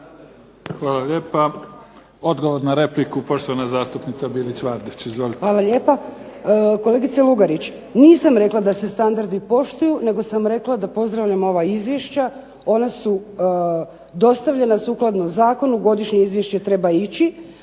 Hvala lijepa. Odgovor na repliku, poštovana zastupnica Bilić Vardić. Izvolite. **Bilić Vardić, Suzana (HDZ)** Hvala lijepa. Kolegice Lugarić, nisam rekla da se standardi poštuju nego sam rekla da pozdravljam ova izvješća. Ona su dostavljena sukladno zakonu. Godišnje izvješće treba ići.